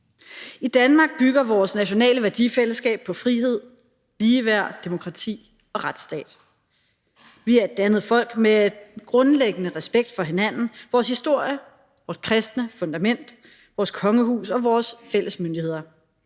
I Danmark bygger vores nationale værdifællesskab på frihed, ligeværd, demokrati og retsstat. Vi er et dannet folk med en grundlæggende respekt for hinanden, vores historie, vores kristne fundament, vores kongehus og vores fælles myndigheder;